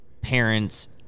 Parents